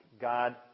God